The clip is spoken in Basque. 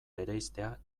bereiztea